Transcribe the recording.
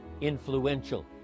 influential